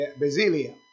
Basilia